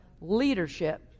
leadership